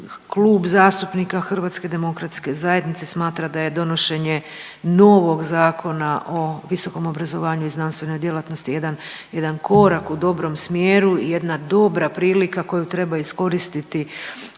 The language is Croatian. Klub zastupnika HDZ-a smatra da je donošenje novog Zakona o visokom obrazovanju i znanstvenoj djelatnosti jedan, jedan korak u dobrom smjeru, jedna dobra prilika koju treba iskoristiti